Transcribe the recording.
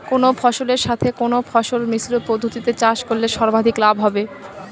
কোন ফসলের সাথে কোন ফসল মিশ্র পদ্ধতিতে চাষ করলে সর্বাধিক লাভ হবে?